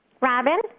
Robin